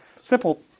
Simple